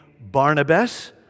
Barnabas